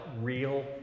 real